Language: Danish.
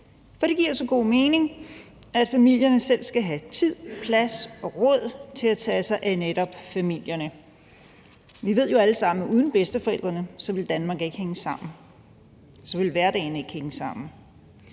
for det giver så god mening, at familierne selv skal have tid, plads og råd til at tage sig af netop familierne. Vi ved jo alle sammen, at uden bedsteforældrene ville Danmark ikke hænge sammen; så ville hverdagen ikke hænge sammen.